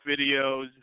videos